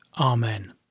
Amen